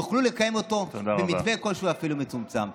יוכלו לקיים אותו במתווה כלשהו, אפילו מצומצם.